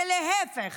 ולהפך,